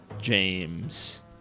James